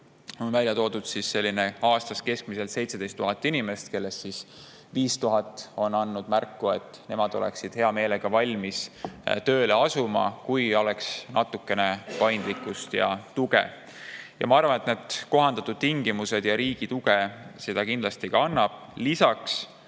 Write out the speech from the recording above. On välja toodud, et aastas keskmiselt 17 000 inimest, kellest 5000 on andnud märku, et nemad oleksid hea meelega valmis tööle asuma, kui oleks natukene paindlikkust ja tuge. Ma arvan, et kohandatud tingimused ja riigi tugi seda kindlasti annab. Lisaks,